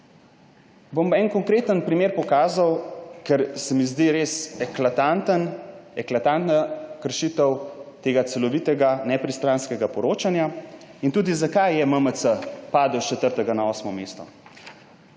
Bom en konkreten primer pokazal, ker se mi zdi res eklatantna kršitev tega celovitega nepristranskega poročanja in tudi zakaj je MMC padel iz četrtega na osmo mesto.